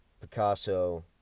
Picasso